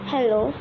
Hello